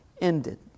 ended